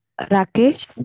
rakesh